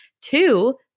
two